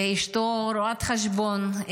ואשתו רואת חשבון.